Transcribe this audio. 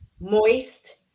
moist